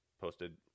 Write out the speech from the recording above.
posted